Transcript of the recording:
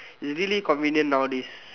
is really convenient nowadays